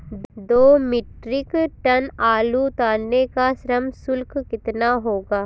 दो metric ton आलू उतारने का श्रम शुल्क कितना होगा?